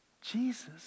Jesus